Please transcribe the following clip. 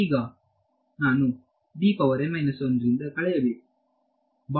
ಈಗ ನಾನು ರಿಂದ ಕಳೆಯಬೇಕು